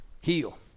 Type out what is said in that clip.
Heal